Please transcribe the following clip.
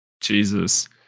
Jesus